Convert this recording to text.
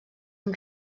amb